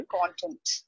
content